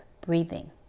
Breathing